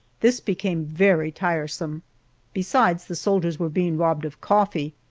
this became very tiresome besides, the soldiers were being robbed of coffee,